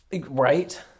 right